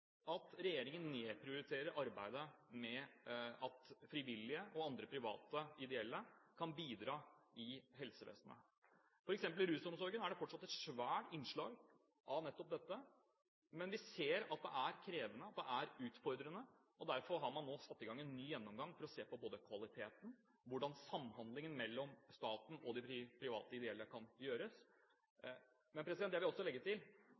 at regjeringen nedprioriterer arbeidet med at frivillige og andre private ideelle kan bidra i helsevesenet. For eksempel i rusomsorgen er det fortsatt et stort innslag av nettopp dette, men vi ser at det er krevende, at det er utfordrende. Derfor har man nå satt i gang en ny gjennomgang for å se på kvaliteten og på hvordan samhandlingen mellom staten og de private ideelle kan gjøres. Men jeg vil også legge til: